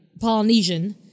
Polynesian